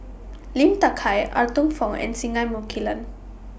Lim Hak Tai Arthur Fong and Singai Mukilan